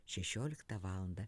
šešioliktą valandą